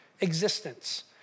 existence